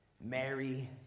Mary